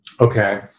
Okay